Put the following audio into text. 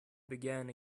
began